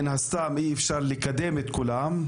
מן הסתם אי-אפשר לקדם את כולם.